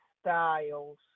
Styles